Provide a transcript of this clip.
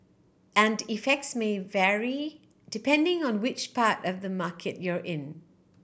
and effects may vary depending on which part of the market you're in